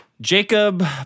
Jacob